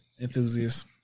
enthusiast